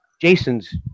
Jason's